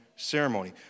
ceremony